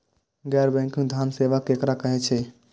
गैर बैंकिंग धान सेवा केकरा कहे छे?